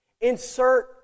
Insert